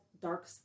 dark